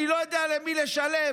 אני לא יודע למי לשלם,